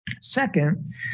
Second